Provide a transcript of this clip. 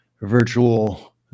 virtual